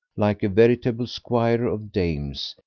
like a veritable squire of dames,